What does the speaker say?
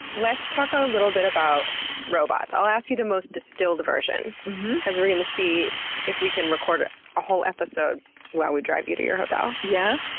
let's talk a little bit about robots. i'll ask you the most distilled version because we're going to see if we can record ah a whole episode while we drive you to your hotel. yeah?